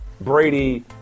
Brady